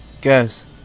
Guess